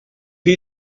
you